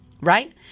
right